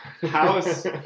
house